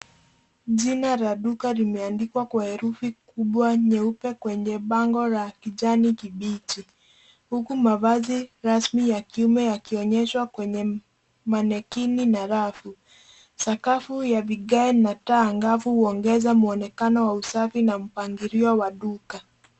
Jina la duka limeandikwa kwa herufi kubwa nyeupe kwenye bango la kipekee kijani kibichi huku mavasi rasmi ya kiume yakionyeshwa kwenye manequin na rafu, sakafu ya vigae na taa angavu uongeza muonekano wa safi mpangilio wa duka.